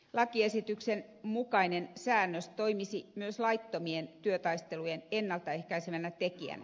lakiesityksen mukainen säännös toimisi myös laittomien työtaistelujen ennalta ehkäisevänä tekijänä